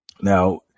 Now